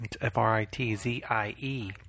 F-R-I-T-Z-I-E